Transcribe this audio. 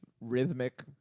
rhythmic